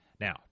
Now